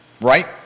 Right